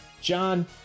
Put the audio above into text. John